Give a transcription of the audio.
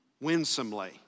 Winsomely